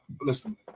listen